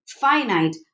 finite